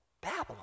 Babylon